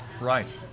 Right